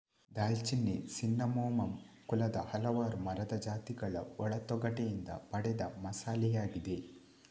ದಾಲ್ಚಿನ್ನಿ ಸಿನ್ನಮೋಮಮ್ ಕುಲದ ಹಲವಾರು ಮರದ ಜಾತಿಗಳ ಒಳ ತೊಗಟೆಯಿಂದ ಪಡೆದ ಮಸಾಲೆಯಾಗಿದೆ